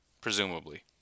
Presumably